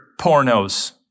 pornos